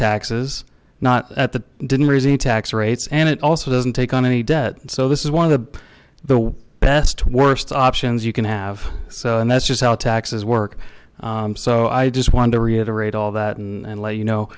taxes not at that didn't raise any tax rates and it also doesn't take on any debt so this is one of the the best worst options you can have so and that's just how taxes work so i just wanted to reiterate all that and let you know